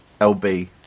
LB